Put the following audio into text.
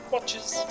watches